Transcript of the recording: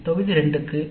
நன்றி தொகுதி 2